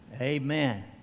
Amen